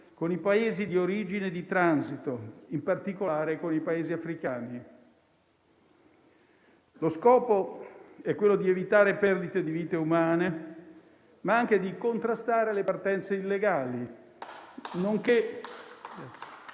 con i Paesi di origine e di transito, in particolare con quelli africani. Lo scopo è evitare perdite di vite umane, ma anche contrastare le partenze illegali,